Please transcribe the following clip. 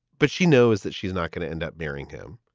but she knows that she's not going to end up marrying him.